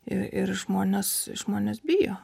ir žmonės žmonės bijo